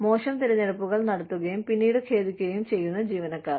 മോശം തിരഞ്ഞെടുപ്പുകൾ നടത്തുകയും പിന്നീട് ഖേദിക്കുകയും ചെയ്യുന്ന ജീവനക്കാർ